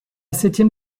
septième